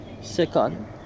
Second